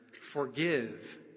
Forgive